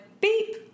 beep